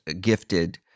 gifted